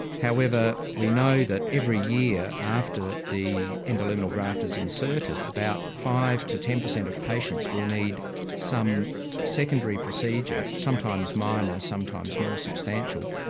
however, we know that every year, after the endoluminal graft is inserted, about five percent to ten percent of patients will need some secondary procedure, sometimes minor, sometimes more substantial,